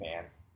fans